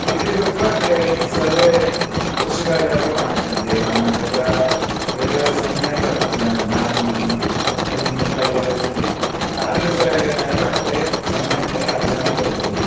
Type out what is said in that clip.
इति कृत्वा ते सर्वे कृषिकार्यार्थमागच्छन्ति नाम तत्र यद् सम्यक् धान्यं फलम् इत्यादिकं यच्चन्ति तादृशेन एव ते सम्यक्तया अर्जनं कुर्वन्ति